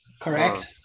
correct